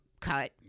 cut